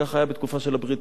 כך היה בתקופה של הבריטים.